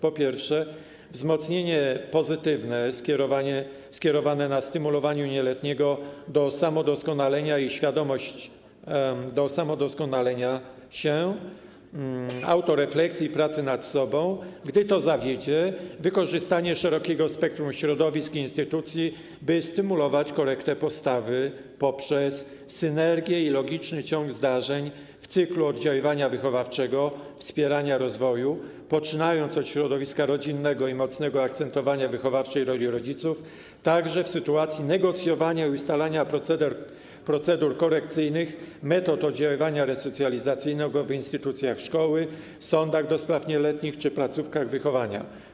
Po pierwsze, chodzi o wzmocnienie pozytywne skierowane na stymulowanie nieletniego do samodoskonalenia - chodzi o świadomość samodoskonalenia się, autorefleksji i pracę nad sobą - a gdy to zawiedzie, o wykorzystanie szerokiego spektrum środowisk i instytucji, by stymulować korektę postawy poprzez synergię i logiczny ciąg zdarzeń w cyklu oddziaływania wychowawczego, wspierania rozwoju, poczynając od środowiska rodzinnego i mocnego akcentowania wychowawczej roli rodziców, także w sytuacji negocjowania i ustalania procedur korekcyjnych, metod oddziaływania resocjalizacyjnego w instytucjach szkoły, sądach do spraw nieletnich czy placówkach wychowania.